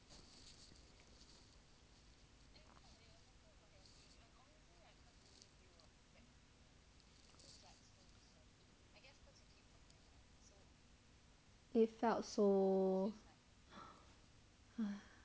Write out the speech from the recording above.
it felt so